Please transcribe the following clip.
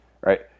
right